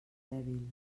dèbil